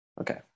Okay